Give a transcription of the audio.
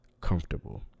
comfortable